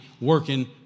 working